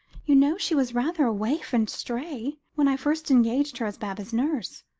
you know she was rather a waif and stray, when i first engaged her as baba's nurse.